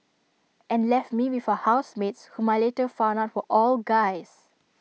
and left me with her housemates whom I later found out were all guys